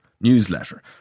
newsletter